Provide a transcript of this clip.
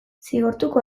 zigortuko